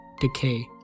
Decay